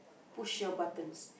push your buttons